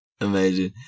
Amazing